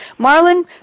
Marlon